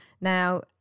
Now